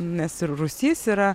nes ir rūsys yra